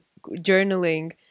journaling